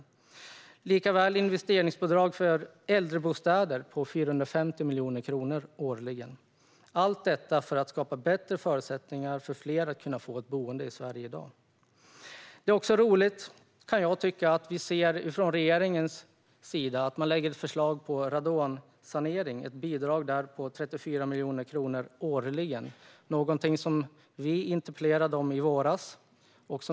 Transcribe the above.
Vi föreslår också ett investeringsbidrag för äldrebostäder på 450 miljoner kronor årligen. Allt detta handlar om att skapa bättre förutsättningar för fler att få ett boende i Sverige. Det är roligt, kan jag tycka, att vi ser att man från regeringens sida lägger fram ett förslag när det gäller radonsanering. Det är ett bidrag på 34 miljoner kronor årligen. Detta är någonting som vi interpellerade om i våras.